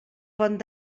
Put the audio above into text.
pont